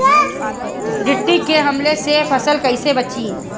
टिड्डी के हमले से फसल कइसे बची?